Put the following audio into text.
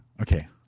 Okay